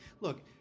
Look